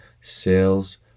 sales